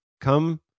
Come